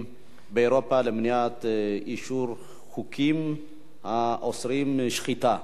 באירופה למניעת אישור חוקים האוסרים שחיטה.